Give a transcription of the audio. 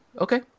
okay